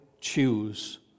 choose